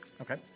Okay